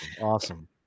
Awesome